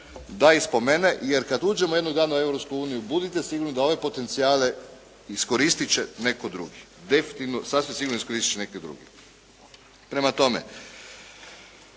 da ih spomene jer kad uđemo jednog dana u Europsku uniju budite sigurni da ove potencijale iskoristit će netko drugo, definitivno sasvim sigurno iskoristit će netko drugi. Prema tome,